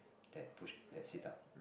that push that sit up